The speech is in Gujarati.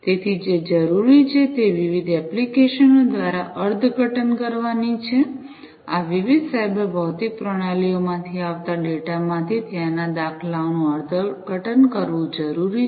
તેથી જે જરૂરી છે તે વિવિધ એપ્લિકેશનો દ્વારા અર્થઘટન કરવાની છે આ વિવિધ સાયબર ભૌતિક પ્રણાલીઓમાંથી આવતા ડેટામાંથી ત્યાંના દાખલાઓનું અર્થઘટન કરવું જરૂરી છે